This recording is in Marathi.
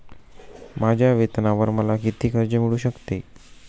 माझ्या वेतनावर मला किती कर्ज मिळू शकते?